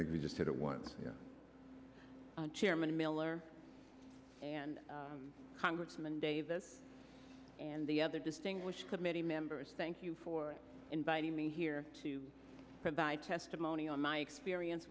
you just said it once chairman miller and congressman davis and the other distinguished committee members thank you for inviting me here to provide testimony on my experience